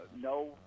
no